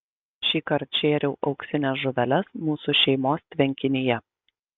šįkart šėriau auksines žuveles mūsų šeimos tvenkinyje